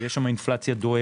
אבל יש שם אינפלציה דוהרת,